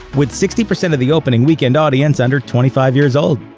with sixty percent of the opening weekend audience under twenty five years old.